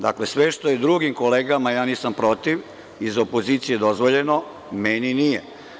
Dakle, sve što je drugim kolegama, nisam protiv, iz opozicije dozvoljeno, meni nije.